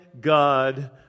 God